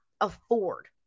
afford